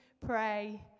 pray